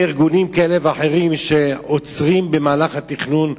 ארגונים כאלה ואחרים שעוצרים במהלך התכנון,